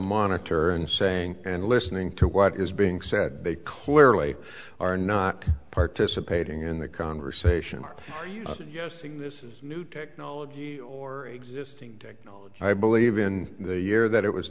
monitor and saying and listening to what is being said they clearly are not participating in the congress sation are you suggesting this is new technology or existing technology i believe in the year that it was